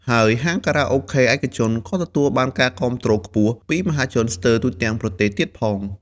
ហើយហាងខារ៉ាអូខេឯកជនក៏ទទួលបានការគាំទ្រខ្ពស់ ពីមហាជនស្ទើតែទូទាំងប្រទេសទៀតផង។